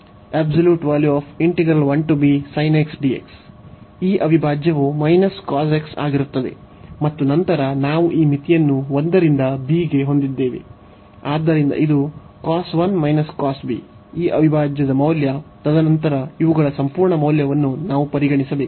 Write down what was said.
ಈ ಅವಿಭಾಜ್ಯವು ಆಗಿರುತ್ತದೆ ಮತ್ತು ನಂತರ ನಾವು ಈ ಮಿತಿಯನ್ನು 1 ರಿಂದ b ಗೆ ಹೊಂದಿದ್ದೇವೆ ಆದ್ದರಿಂದ ಇದು ಈ ಅವಿಭಾಜ್ಯ ಮೌಲ್ಯ ತದನಂತರ ಇವುಗಳ ಸಂಪೂರ್ಣ ಮೌಲ್ಯವನ್ನು ನಾವು ಪರಿಗಣಿಸಬೇಕು